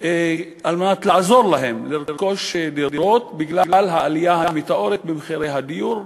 על מנת לעזור להם לרכוש דירות בגלל העלייה המטאורית במחירי הדיור,